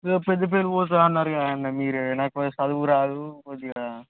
పెద్దపల్లి పోతుంది అన్నారు కదా అన్న మీరే నాకు పెద్ద చదువు రాదు కొద్దిగా